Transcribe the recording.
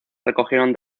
recogieron